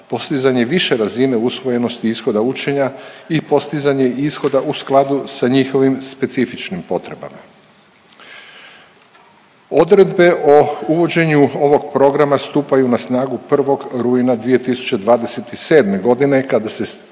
postizanje više razine usvojenosti ishoda učenja i postizanje ishoda u skladu sa njihovim specifičnim potrebama. Odredbe o uvođenju ovog programa stupaju na snagu 1. rujna 2027. godine kada se stvore